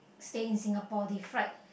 staying in Singapore they fried